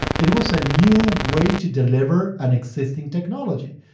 it it was a new way to deliver an existing technology.